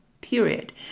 period